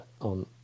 on